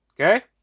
Okay